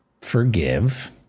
forgive